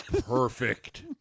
Perfect